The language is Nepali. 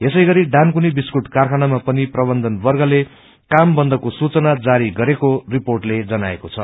यसै गरि डानकुनी विस्कुट कारखानामा पनि प्रबन्धन वर्गले काम बन्दको सूचना जारी गरेको रिर्पोअले जनाएको छ